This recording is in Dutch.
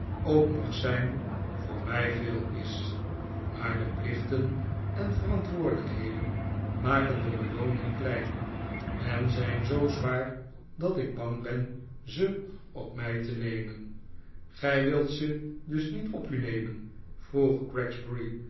ook mag zijn voor mij veel is maar de plichten en verantwoordelijkheden maken de belooning klein en zijn zoo zwaar dat ik bang ben ze op mij te nemen gij wilt ze dus niet op u nemen vroeg